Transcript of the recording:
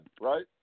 right